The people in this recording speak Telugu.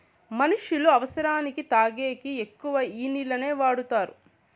మనుష్యులు అవసరానికి తాగేకి ఎక్కువ ఈ నీళ్లనే వాడుతారు